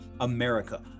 America